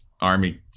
Army